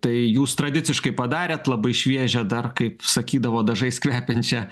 tai jūs tradiciškai padarėt labai šviežią dar kaip sakydavo dažais kvepiančią